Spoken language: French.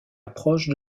approche